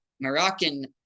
Moroccan